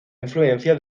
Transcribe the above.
influencia